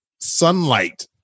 sunlight